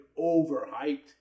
overhyped